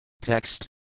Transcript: Text